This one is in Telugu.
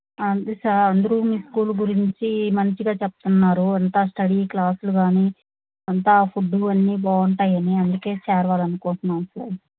అంతే సార్ అందరూ మీ స్కూల్ గురించి మంచిగా చెప్తున్నారు అంతా స్టడీ క్లాసులు కానీ అంతా ఫుడ్డు అన్నీ బాగుంటాయని అందుకే చేర్చాలనుకుంటున్నాము సార్